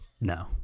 No